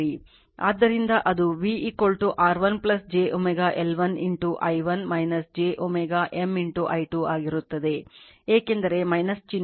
ಆದ್ದರಿಂದ ಅದು V R1 jω L1 i1 j ωM i2 ಆಗಿರುತ್ತದೆ ಏಕೆಂದರೆ ಚಿಹ್ನೆ ಇರುತ್ತದೆ ಎಂದು ನಾನು ಹೇಳಿದೆ